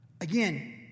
Again